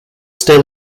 still